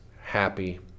happy